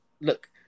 Look